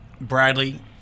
bradley